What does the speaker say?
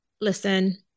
Listen